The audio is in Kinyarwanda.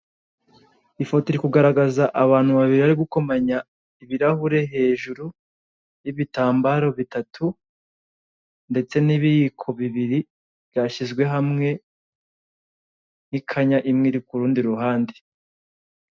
Ifoto iri kugaragaza abantu babiri bari gukomanya ibirahure hejuru y'ibitambaro bitatu ndetse n'ibiyiko bibiri byashyizwe hamwe ndetse n'ikanya imwe iri kurundi ruhande.